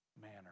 manner